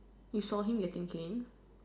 you saw him getting cane